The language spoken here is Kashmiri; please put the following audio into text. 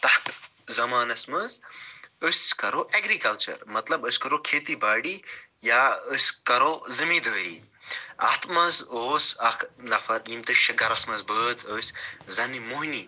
تَتھ زَمانس منٛز أسۍ کرو ایٚگرِکَلچر مطلب أسۍ کرو کھیتی باڈۍ یا أسۍ کرو زٔمیٖندٲری اَتھ منٛز اوس اکھ نَفر یِم تہِ چھِ گھرَس منٛز بٲژ ٲسۍ زَنہِ موٚہنی